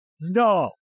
No